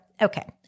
okay